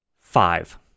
Five